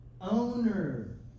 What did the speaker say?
owner